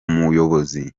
muyobozi